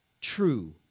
true